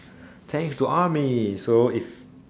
thanks to army so if